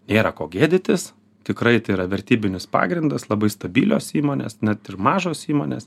nėra ko gėdytis tikrai tai yra vertybinis pagrindas labai stabilios įmonės net ir mažos įmonės